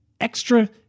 extra